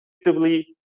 effectively